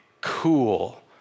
cool